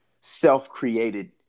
self-created